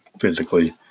physically